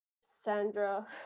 Sandra